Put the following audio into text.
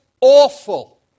awful